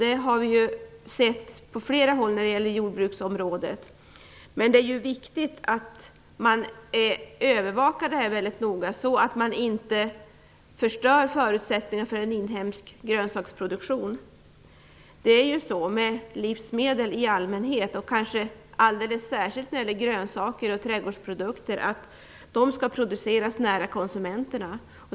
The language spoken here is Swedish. Det har vi sett på flera håll på jordbruksområdet. Det är viktigt att man övervakar det här mycket noga så att man inte förstör förutsättningarna för en inhemsk grönsaksproduktion. Livsmedel i allmänhet och grönsaker och trädgårdsprodukter i synnerhet skall produceras nära konsumenterna.